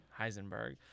Heisenberg